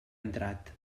entrat